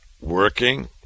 working